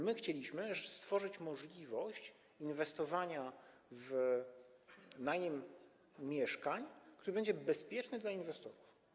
My chcieliśmy stworzyć możliwość inwestowania w najem mieszkań, który będzie bezpieczny dla inwestorów.